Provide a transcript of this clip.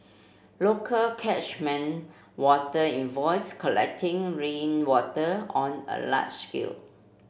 local catchment water invoice collecting rainwater on a large scale